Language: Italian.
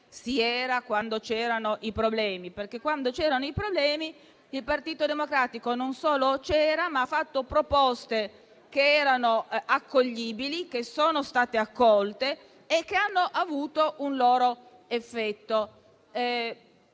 si era quando c'erano i problemi. Quando c'erano i problemi, il Partito Democratico non solo c'era, ma ha fatto anche proposte accoglibili, che sono state accolte e hanno avuto un loro effetto.